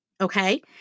okay